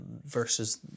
versus